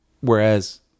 Whereas